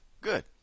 Good